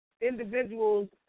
individuals